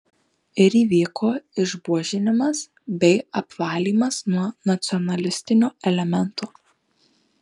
ir įvyko išbuožinimas bei apvalymas nuo nacionalistinio elemento